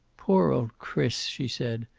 poor old chris! she said.